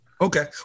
Okay